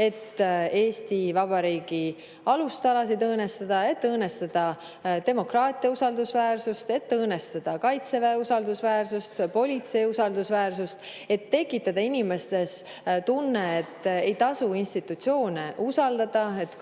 et Eesti Vabariigi alustalasid õõnestada, et õõnestada demokraatia usaldusväärsust, Kaitseväe usaldusväärsust, politsei usaldusväärsust, et tekitada inimestes tunne, et ei tasu institutsioone usaldada, sest igal